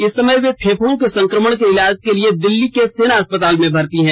इस समय वे फेफडों के संक्रमण के इलाज के लिए दिल्ली के सेना अस्पताल भर्ती हैं